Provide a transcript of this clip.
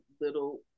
little